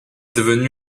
devenu